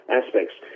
aspects